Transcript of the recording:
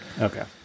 Okay